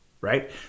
right